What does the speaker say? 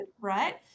right